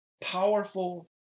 powerful